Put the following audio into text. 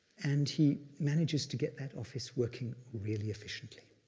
and he manages to get that office working really efficiently.